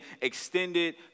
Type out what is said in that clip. extended